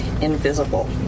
Invisible